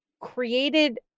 created